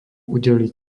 udeliť